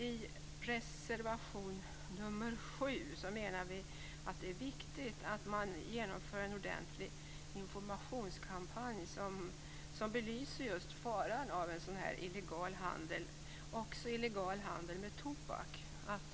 I reservation nr 7 menar vi att det är viktigt att man genomför en ordentlig informationskampanj som belyser just faran med en sådan här illegal handel, då också med tobak.